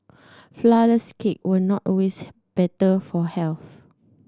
flourless cake were not always better for health